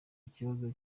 ikibazo